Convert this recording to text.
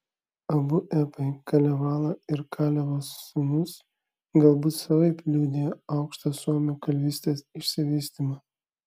abu epai kalevala ir kalevo sūnus galbūt savaip liudija aukštą suomių kalvystės išsivystymą